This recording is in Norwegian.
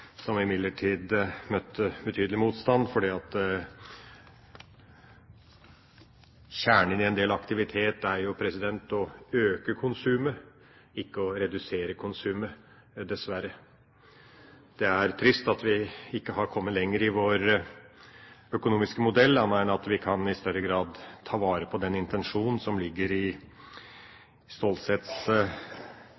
imidlertid møtte betydelig motstand, fordi kjernen i en del aktivitet jo er å øke konsumet, ikke å redusere konsumet, dessverre. Det er trist at vi ikke har kommet så langt i vår økonomiske modell at vi i større grad kan ta vare på den intensjonen som ligger i